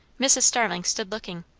mrs. starling stood looking.